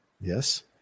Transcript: Yes